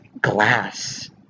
glass